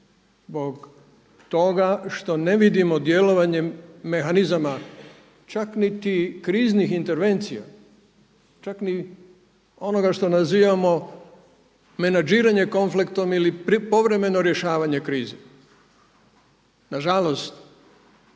zbog toga što ne vidimo djelovanje mehanizama čak niti kriznih intervencija, čak ni onoga što nazivamo menadžiranje konflektom ili povremeno rješavanje krize. Nažalost,